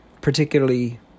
particularly